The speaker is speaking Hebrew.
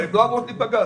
הן לא אמורות להיפגע.